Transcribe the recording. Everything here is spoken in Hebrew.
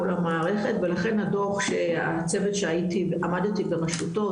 המערכת ולכן הדוח שהצוות שעמדתי ברשותו,